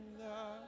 love